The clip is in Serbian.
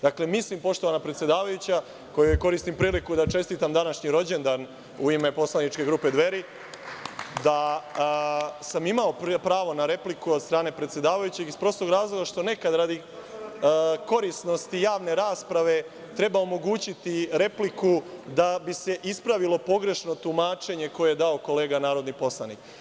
Dakle, mislim poštovana predsedavajuća, kojoj koristim priliku da čestitam današnji rođendan u ime poslaničke grupe Dveri, da sam imao pravo na repliku od strane predsedavajućeg iz prostog razloga što nekada radi korisnosti javne rasprave treba omogućiti repliku da bi se ispravilo pogrešno tumačenje koje je dao kolega narodni poslanik.